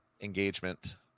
engagement